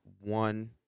one